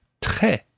très